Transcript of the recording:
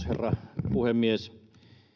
herra puhemies